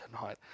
tonight